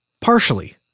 partially